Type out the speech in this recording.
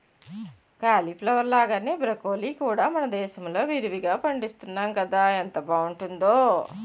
cauliflower లాగానే broccoli కూడా మనదేశంలో విరివిరిగా పండిస్తున్నాము కదా ఎంత బావుంటుందో